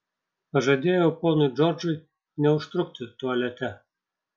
pažadėjau ponui džordžui neužtrukti tualete